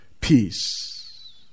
peace